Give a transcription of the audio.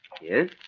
Yes